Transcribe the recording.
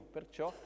Perciò